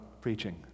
preaching